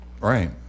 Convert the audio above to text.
Right